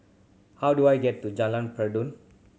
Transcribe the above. how do I get to Jalan Peradun